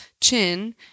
chin